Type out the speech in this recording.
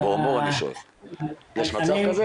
יש מצב כזה?